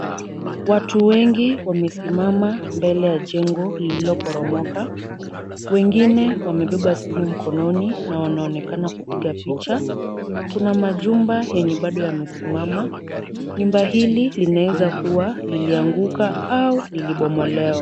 Watu wengi wamesimama mbele ya jengo lililoporomoka. Wengine wamebeba simu mkononi na wanaonekana kupiga picha. Kuna majumba yenye bado imesimama. Nyumba hili linaweza kuwa lilianguka au lilibomolewa.